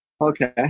Okay